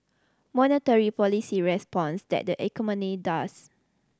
monetary policy responds tat the economy does